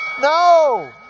No